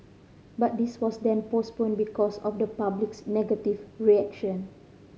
but this was then postponed because of the public's negative reaction